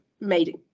made